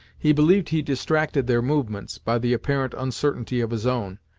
he believed he distracted their movements, by the apparent uncertainty of his own,